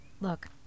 look